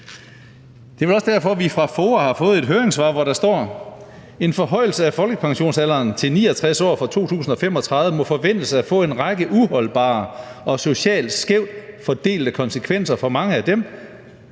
Det er også derfor, vi fra FOA har fået et høringssvar, hvor der står, at en forhøjelse af folkepensionsalderen til 69 fra 2035 må forventes at få en række uholdbare og socialt skævt fordelte konsekvenser for mange af dem,